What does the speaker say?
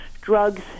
drugs